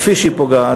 כפי שהיא פוגעת,